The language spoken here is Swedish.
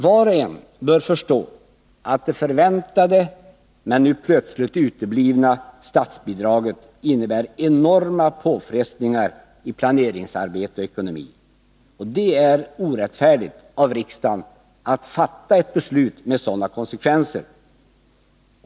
Var och en bör förstå att ett förväntat men plötsligt uteblivet statsbidrag innebär enorma påfrestningar när det gäller planeringsarbete och ekonomi. Det vore orättfärdigt av riksdagen att fatta ett beslut som får sådana konsekvenser.